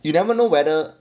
you never know whether